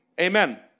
Amen